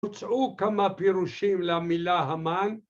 ‫הוצאו כמה פירושים למילה המן.